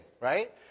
right